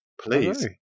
Please